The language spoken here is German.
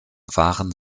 waren